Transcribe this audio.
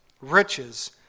riches